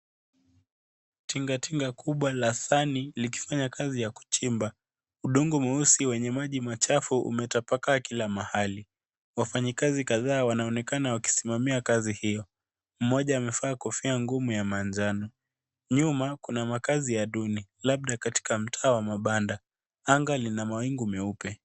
Tingatinga kubwa la sani likifanya kazi ya kuchimba. Udongo mweusi wenye maji machafu umetapakaa kila mahali. Wafanyikazi kadhaa wanaoenkana wakisimamia kazi hiyo. Mmoja amevaa kofia ngumu ya manjano. Nyuma kuna makaazi ya duni labda katika mtaa wa mabanda. Anga lina mawingu meupe.